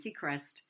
Seacrest